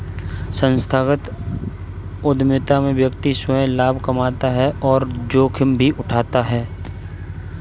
संस्थागत उधमिता में व्यक्ति स्वंय लाभ कमाता है और जोखिम भी उठाता है